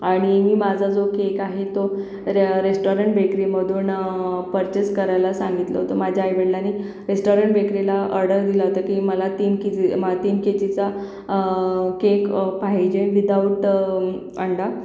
आणि मी माझा जो केक आहे तो रे रेस्टॉरंट बेकरीमधून पर्चेस करायला सांगितलं होतं माझ्या आईवडलांनी रेस्टॉरंट बेकरीला ऑर्डर दिला होता की मला तीन के जी मला तीन केजीचा केक पाहिजे विदाऊट अंडा